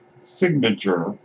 signature